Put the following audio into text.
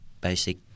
basic